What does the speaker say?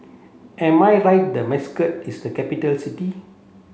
am I right that Muscat is a capital city